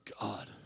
God